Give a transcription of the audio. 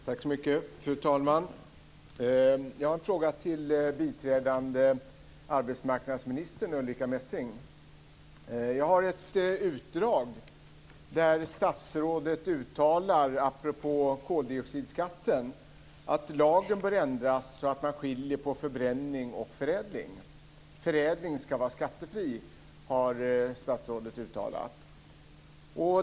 Fru talman! Jag har en fråga till biträdande arbetsmarknadsminister Ulrica Messing. Jag har ett utdrag där statsrådet apropå koldioxidskatten uttalar att lagen bör ändras så att man skiljer på förbränning och förädling. Förädling skall vara skattefri, har statsrådet uttalat.